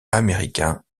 américains